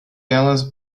dallas